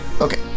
Okay